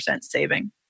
saving